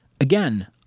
again